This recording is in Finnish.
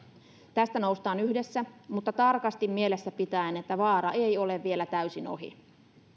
tästä noustaan yhdessä mutta tarkasti mielessä pitäen että vaara ei ole vielä täysin ohi